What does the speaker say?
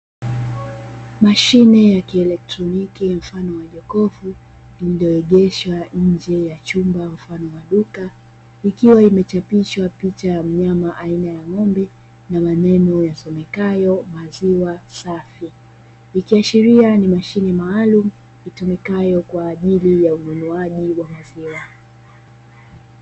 Mashine ya kielektroniki ya mfano wa jokofu, lililoegeshwa nje ya chumba mfano wa duka ikiwa imechapishwa picha ya mnyama aina ya ng'ombe na maneno yasomekayo "maziwa safi", ikiashiria ni mashine maalum itumikayo kwa ajili ya ununuaji wa maziwa.